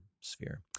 sphere